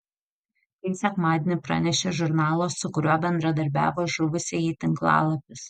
tai sekmadienį pranešė žurnalo su kuriuo bendradarbiavo žuvusieji tinklalapis